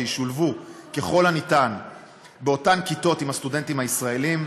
שישולבו ככל הניתן באותן כיתות עם הסטודנטים הישראלים,